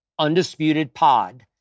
UndisputedPod